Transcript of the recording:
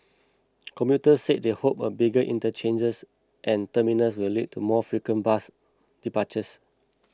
commuters said they hoped the bigger interchanges and terminals will lead to more frequent bus departures